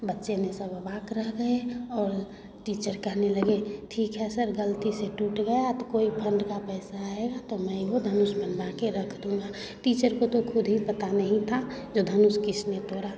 बच्चे ने सब अवाक रह गए और टीचर कहने लगे ठीक है सर गलती से टूट गया तो कोई फंड का पैसा आएगा तो मैं वो धनुष बनवा कर रख दूँगा टीचर को तो खुद ही पता नहीं था जो धनुष किसने तोड़ा